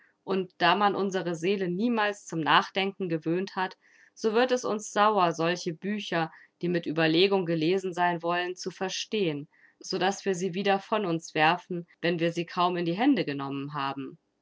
und da man unsere seele niemals zum nachdenken gewöhnt hat so wird es uns sauer solche bücher die mit ueberlegung gelesen sein wollen zu verstehen so daß wir sie wieder von uns werfen wenn wir sie kaum in die hände genommen haben